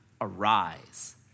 arise